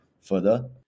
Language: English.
further